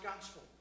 gospel